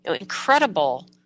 Incredible